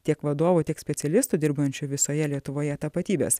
tiek vadovų tiek specialistų dirbančių visoje lietuvoje tapatybes